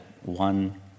one